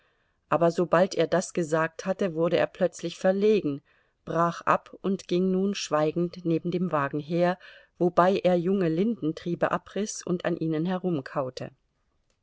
aber sobald er das gesagt hatte wurde er plötzlich verlegen brach ab und ging nun schweigend neben dem wagen her wobei er junge lindentriebe abriß und an ihnen